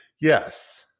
Yes